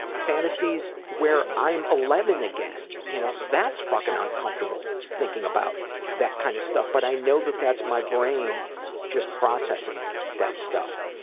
fantasies where i'm eleven again. you know that's fucking uncomfortable, thinking about that kind of stuff, but i know that that's my brain just processing that stuff.